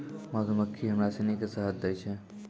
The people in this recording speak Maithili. मधुमक्खी हमरा सिनी के शहद दै छै